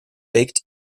baked